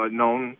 known